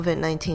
COVID-19